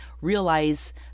realize